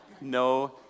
No